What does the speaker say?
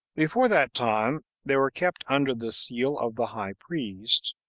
before that time they were kept under the seal of the high priest,